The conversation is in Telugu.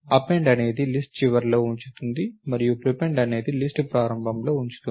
అపెండ్ అనేది లిస్ట్ చివరలో ఉంచుతుంది మరియు ప్రీపెండ్ అనేది లిస్ట్ ప్రారంభంలో ఉంచుతుంది